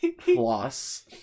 floss